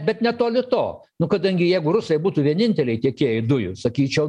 bet netoli to nu kadangi jeigu rusai būtų vieninteliai tiekėjai dujų sakyčiau